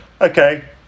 Okay